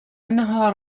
أنها